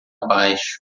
baixo